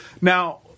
Now